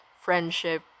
Friendship